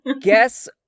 guess